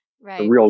Right